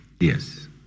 Yes